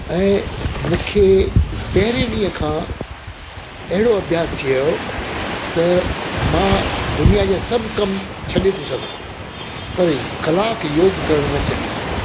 ऐं मूंखे पहिरें ॾींहुं खां अहिड़ो अभ्यासु थियो त मां दुनिया जा सभु कमु छॾे थो सघां त उहे कलाकु योग करणु न छॾींदो आहियां